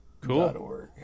cool